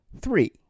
Three